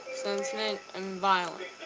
sentinant and violent